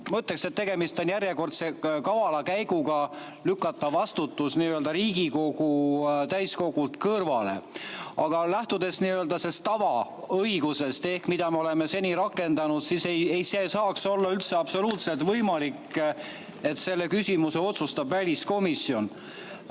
ütleksin, et tegemist on järjekordse kavala käiguga lükata vastutus Riigikogu täiskogult kõrvale. Aga lähtudes tavaõigusest ehk sellest, mida me oleme seni rakendanud, ei saaks üldse olla võimalikki, et selle küsimuse otsustab väliskomisjon.